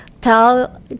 tell